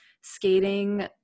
skating